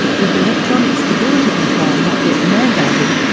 with electronic stability control not yet mandated,